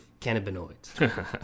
cannabinoids